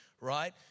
right